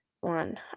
one